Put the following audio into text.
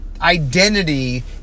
identity